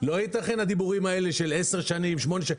לא ייתכנו הדיבורים האלה של עשר או שמונה שנים.